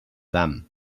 them